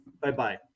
Bye-bye